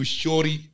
shorty